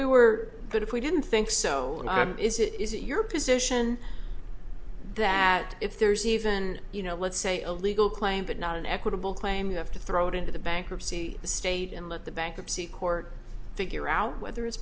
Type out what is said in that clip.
we were good if we didn't think so is it is it your position that if there's even you know let's say a legal claim but not an equitable claim you have to throw it into the bankruptcy state and let the bankruptcy court figure out whether it's